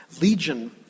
Legion